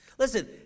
Listen